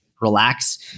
relax